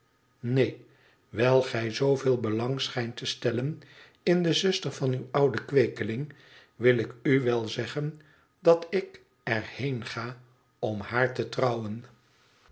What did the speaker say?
neen wijl gij zooveel belang schijnt te stellen in de zuster van uw ouden kweekelmg wil ik u wel zeggen dat ik er heen ga om haar te trouwen